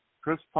Chris